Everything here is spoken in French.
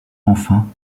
enfin